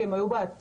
כי הם היו באתר,